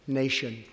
nation